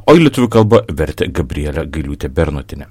o į lietuvių kalbą vertė gabrielė gailiūtė bernotienė